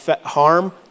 harm